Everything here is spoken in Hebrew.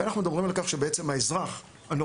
אנחנו מדברים על כך שבעצם האזרח הנורמטיבי,